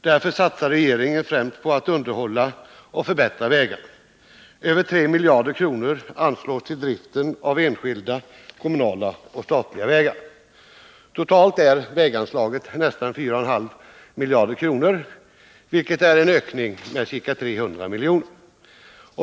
Därför satsar regeringen främst på att underhålla och förbättra vägarna. Över tre miljarder kronor anslås till driften av enskilda, kommunala och statliga vägar. Totalt är väganslaget nästan 4,5 miljarder kronor, vilket är en ökning med ca 300 miljoner.